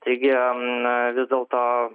taigi vis dėlto